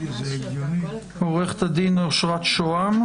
עורכת הדין אשרת שהם,